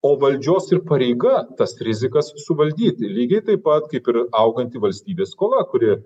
o valdžios ir pareiga tas rizikas suvaldyti lygiai taip pat kaip ir auganti valstybės skola kuri